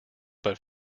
but